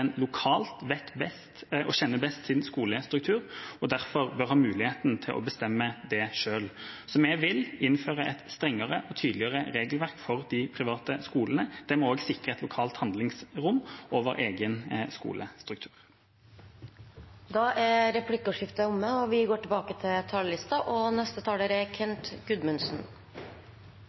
lokalt handlingsrom. Der er vi i Arbeiderpartiet krystallklare på at en lokalt vet best, kjenner sin skolestruktur best og derfor bør ha muligheten til å bestemme det selv. Vi vil innføre et strengere og tydeligere regelverk for de private skolene, der vi også sikrer et lokalt handlingsrom over egen skolestruktur. Replikkordskiftet er omme. Selv om vi